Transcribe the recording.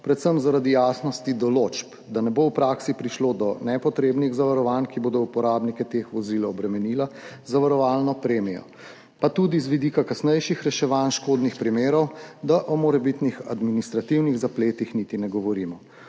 predvsem zaradi jasnosti določb, da ne bo v praksi prišlo do nepotrebnih zavarovanj, ki bodo uporabnike teh vozil obremenila z zavarovalno premijo, pa tudi z vidika kasnejših reševanj škodnih primerov, da o morebitnih administrativnih zapletih niti ne govorimo.